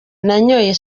nanyoye